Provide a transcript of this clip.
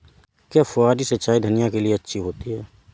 क्या फुहारी सिंचाई धनिया के लिए अच्छी होती है?